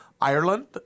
Ireland